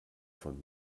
von